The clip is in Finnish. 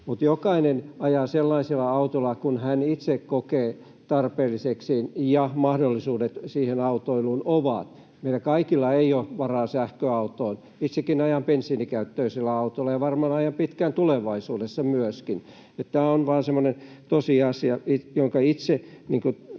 jokainen ajaa sellaisella autolla kuin hän itse kokee tarpeelliseksi ja mahdollisuudet siihen autoiluun ovat. Meillä kaikilla ei ole varaa sähköautoon. Itsekin ajan bensiinikäyttöisellä autolla ja varmaan ajan pitkään tulevaisuudessa myöskin, eli on vain semmoinen tosiasia, jonka itse